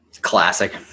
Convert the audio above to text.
Classic